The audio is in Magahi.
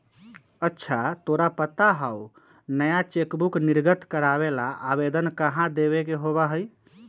अच्छा तोरा पता हाउ नया चेकबुक निर्गत करावे ला आवेदन कहाँ देवे के होबा हई?